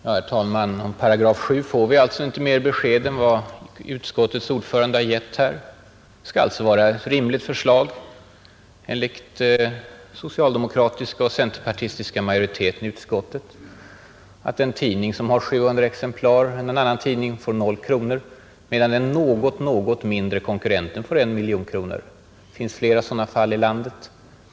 Herr talman! Om § 7 får vi alltså inte mer besked än det utskottets ordförande här har gett. Det är alltså ett rimligt förslag, enligt den socialdemokratiska och centerpartistiska majoriteten i utskottet, att en tidning som har 700 exemplar mer än en annan tidning får O kronor, medan den något mindre konkurrenten får 1 miljon kronor. Det finns flera liknande fall i landet.